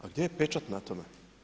A gdje je pečat na tome?